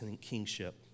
kingship